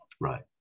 Right